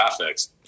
graphics